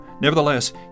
Nevertheless